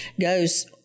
goes